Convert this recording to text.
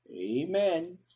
Amen